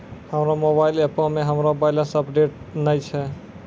हमरो मोबाइल एपो मे हमरो बैलेंस अपडेट नै छै